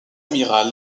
amiral